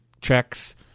checks